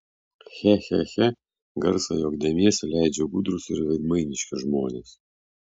che che che garsą juokdamiesi leidžia gudrūs ir veidmainiški žmonės